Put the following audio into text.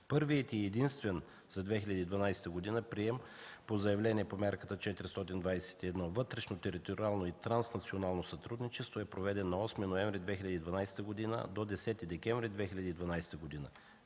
Първият и единствен за 2012 г. прием по заявление по Мярка 421 „Вътрешно териториално и транснационално сътрудничество” е проведен на 8 ноември 2012 г. до 10 декември 2012 г.